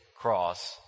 cross